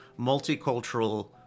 multicultural